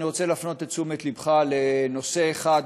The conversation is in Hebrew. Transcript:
אני רוצה להפנות את תשומת לבך לנושא אחד,